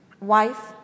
wife